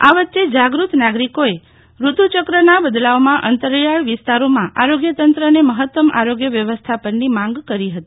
આ વચ્ચે જાગૂત નાગરિકોએ ઋતુચક્રના બદલાવમાં અંતરિયાળ વિસ્તારોમાં આરોગ્ય તંત્રને મહત્તમ આરોગ્ય વ્યવસ્થાપનની માંગ કરી હતી